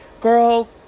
Girl